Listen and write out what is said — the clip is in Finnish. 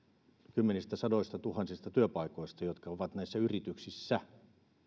kymmenistä sadoistatuhansista työpaikoista jotka ovat näissä yrityksissä